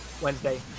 wednesday